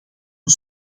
een